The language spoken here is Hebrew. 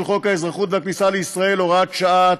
חוק האזרחות והכניסה לישראל (הוראת שעה),